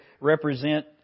represent